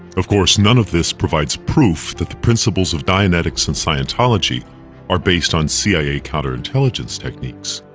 of course, none of this provides proof that the principles of dianetics and scientology are based on cia counterintelligence techniques,